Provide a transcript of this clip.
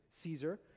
Caesar